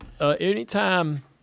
Anytime